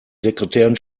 sekretärin